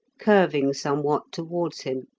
curving somewhat towards him.